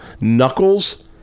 knuckles